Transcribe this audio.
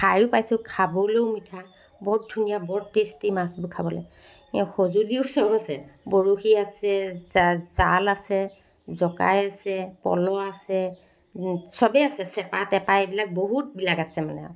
খায়ো পাইছোঁ খাবলৈও মিঠা বহুত ধুনীয়া বৰ টেষ্টি মাছবোৰ খাবলৈ সঁজুলিও চব আছে বৰশী আছে জা জাল আছে জকাই আছে পল আছে চবেই আছে চেপা তেপা এইবিলাক বহুতবিলাক আছে মানে আৰু